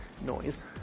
noise